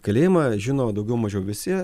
kalėjimą žino daugiau mažiau visi